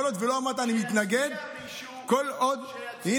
כל עוד לא אמרת, אני מתנגד, שיצביע מישהו.